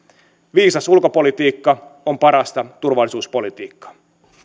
viisas ulkopolitiikka on parasta turvallisuuspolitiikkaa